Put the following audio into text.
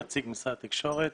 יש לי עוד שני דברים ואני מסיימת.